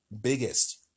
biggest